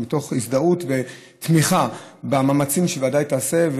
מתוך הזדהות ותמיכה במאמצים שוודאי תעשה,